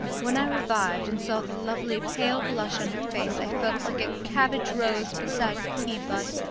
when i revived and saw the lovely pale blush on her face i felt like a cabbage-rose beside a tea-bud.